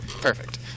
perfect